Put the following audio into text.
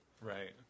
Right